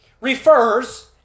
refers